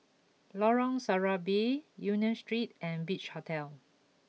Lorong Serambi Union Street and Beach Hotel